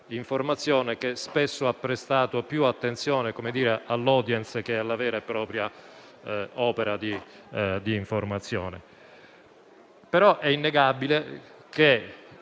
comunicazione che spesso ha prestato più attenzione all'*audience* che alla vera e propria opera di informazione.